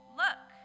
look